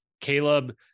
Caleb